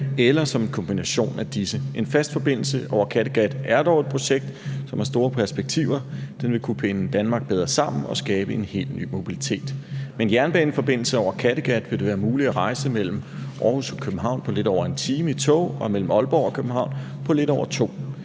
eller som en kombination af disse. En fast forbindelse over Kattegat er dog et projekt, som har store perspektiver. Den vil kunne binde Danmark bedre sammen og skabe en helt ny mobilitet. Med en jernbaneforbindelse over Kattegat vil det være muligt at rejse mellem Aarhus og København på lidt over en time i tog og mellem Aalborg og København på lidt over 2